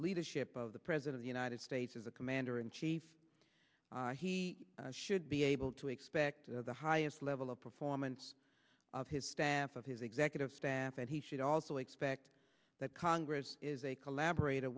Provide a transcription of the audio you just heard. leadership of the president the united states is the commander in chief he should be able to expect the highest level of performance of his staff of his executive staff and he should also expect that congress is a collaborat